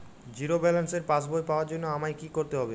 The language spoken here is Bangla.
জিরো ব্যালেন্সের পাসবই পাওয়ার জন্য আমায় কী করতে হবে?